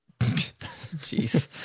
Jeez